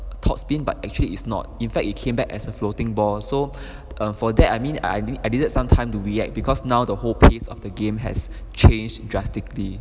top spin but actually is not in fact you came back as a floating ball so for that I mean I didn't needed some time to react because now the whole pace of the game has changed drastically